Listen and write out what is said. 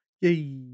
Yay